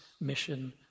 mission